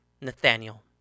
Nathaniel